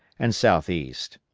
and southeast,